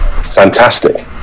Fantastic